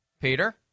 Peter